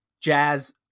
jazz